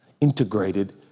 Integrated